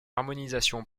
harmonisation